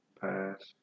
Pass